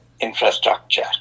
infrastructure